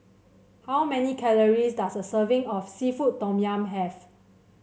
how many calories does a serving of seafood Tom Yum have